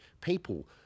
people